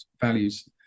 values